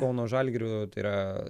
kauno žalgiriu tai yra